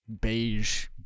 beige